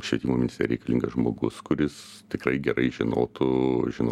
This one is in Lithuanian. švietimo ministerijai reikalingas žmogus kuris tikrai gerai žinotų žinotų situaciją